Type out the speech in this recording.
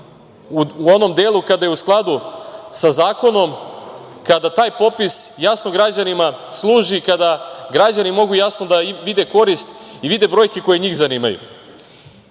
u onom delu kada je u skladu sa zakonom, kada taj popis jasno građanima služi i kada građani mogu jasno da vide korist i vide brojke koje njih zanimaju. Dragan